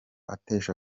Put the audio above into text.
atesha